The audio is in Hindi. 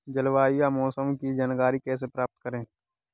जलवायु या मौसम की जानकारी कैसे प्राप्त करें?